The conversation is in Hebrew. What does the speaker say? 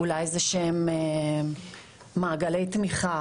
אולי איזשהם מעגלי תמיכה.